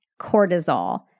Cortisol